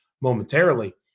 momentarily